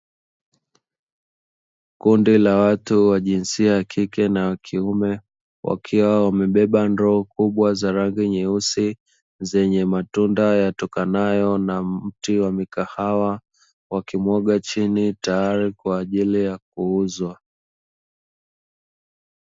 Kundi la watu wa jinsia ya kike na ya kiume wakiwa wamebeba ndoo kubwa za rangi nyeusi zenye matunda yatokanayo na mti wa mikahawa wakimwaga chini tayari kwa ajili ya kuuzwa.